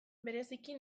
bereziki